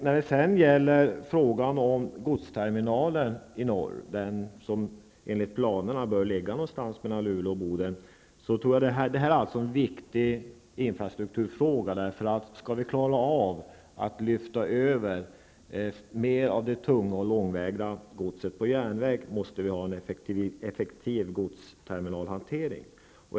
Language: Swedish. När det sedan gäller förslagen om godsterminalen i norr, den som enligt planerna bör ligga någonstans mellan Luleå och Boden, är det en viktig infrastrukturfråga. Om vi skall klara av att lyfta över mer av det tunga och långväga godset på järnvägen måste vi ha en effektiv godsterminalhantering.